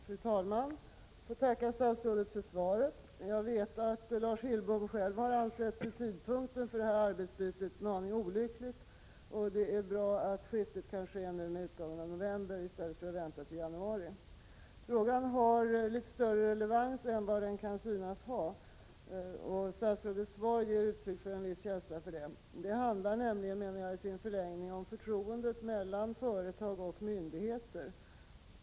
Fru talman! Jag tackar statsrådet för svaret. Jag vet att Lars Hillbom själv har ansett tidpunkten för arbetsbytet en aning olycklig. Det är bra att skiftet sker med utgången av november i stället för januari. Frågan har litet större relevans än vad den kan synas ha. Statsrådets svar ger uttryck för en viss känsla för det. Det handlar nämligen i sin förlängning om förtroendet mellan företag och myndigheter.